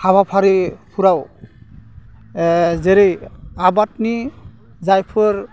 हाबाफारिफ्राव जेरै आबादनि जायफोर